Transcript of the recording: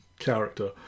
Character